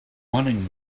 running